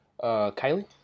Kylie